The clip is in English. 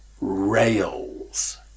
rails